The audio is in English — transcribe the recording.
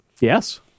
Yes